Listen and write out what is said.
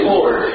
Lord